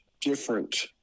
different